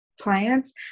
clients